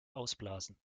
ausblasen